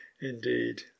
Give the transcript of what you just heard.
Indeed